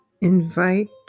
invite